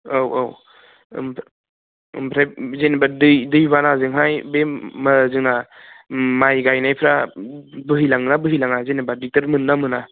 औ औ ओमफ्राय जेनेबा दै दैबानाजोंहाय बे जोंना माइ गायनायफ्रा बोहैलाङोना बोहैलाङा जेनेबा दिगदार मोनो ना मोना